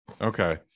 Okay